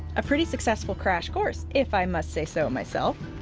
a pretty successful crash course, if i must say so myself.